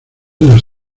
las